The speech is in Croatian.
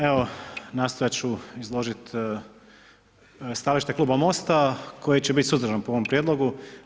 Evo nastojat ću izložiti stajališta Kluba Mosta koji će biti suzdržan po ovom prijedlogu.